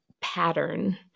pattern